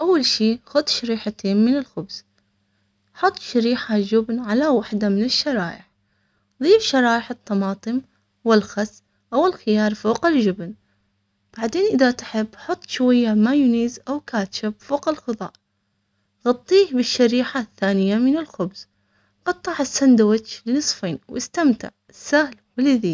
أول شي خد شريحتين من الخبز حط شريحة جبنة على وحدة من الشرائح، ضيف شرائح الطماطم والخس أو الخيار فوق الجبن، بعدين إذا تحب حط شوية مايونيز أو كاتشب فوق الخضار غطية بالشريحة الثانية من الخبز